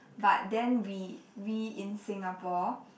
but then we we in Singapore